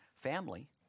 family